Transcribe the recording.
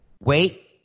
Wait